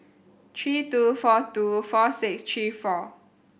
three two four two four six three four